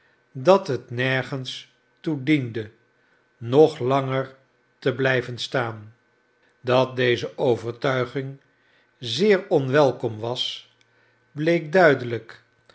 dat het nergens toe diende nog langer te blijven staan dat deze overtuiging zeer onwelkom was bleek duidelijk